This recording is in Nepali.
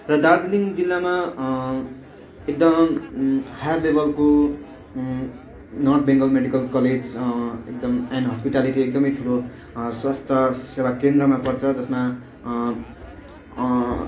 र दार्जिलिङ जिल्लाामा एकदम हायर लेबलको नर्थ बेङ्गल मेडिकल कलेज एकदम एन्ड हस्पिट्यालिटी एकदमै ठुलो स्वास्थ्य सेवा केन्द्रमा पर्छ जसमा